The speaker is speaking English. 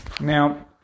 Now